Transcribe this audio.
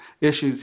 issues